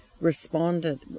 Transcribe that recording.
responded